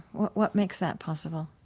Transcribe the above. what what makes that possible?